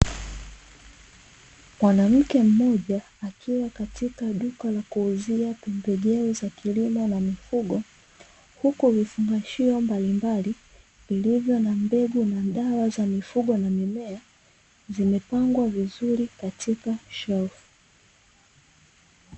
Mwanamke mmoja akiwa katika duka la kuuzia pembejeo za kilimo na mifugo, huku vifungashio mbalimbali vilivyo na mbegu, dawa za mifugo na mimea zimepangwa vizuri katika shelfu.